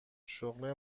شغل